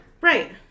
Right